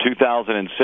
2006